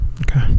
Okay